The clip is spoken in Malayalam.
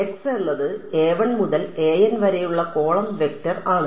x എന്നത് മുതൽ വരെ ഉള്ള കോളം വക്ടർ ആണ്